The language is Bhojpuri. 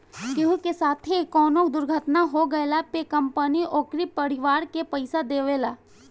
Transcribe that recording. केहू के साथे कवनो दुर्घटना हो गइला पे कंपनी उनकरी परिवार के पईसा देवेला